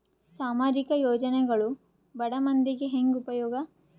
ಸಾಮಾಜಿಕ ಯೋಜನೆಗಳು ಬಡ ಮಂದಿಗೆ ಹೆಂಗ್ ಉಪಯೋಗ?